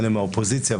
אלה מהאופוזיציה,